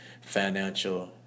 financial